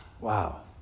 Wow